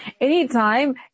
anytime